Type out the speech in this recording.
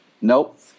Nope